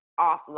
offline